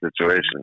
situation